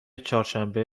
چهارشنبه